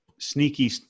sneaky